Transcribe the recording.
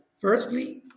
firstly